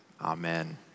Amen